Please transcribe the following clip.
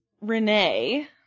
Renee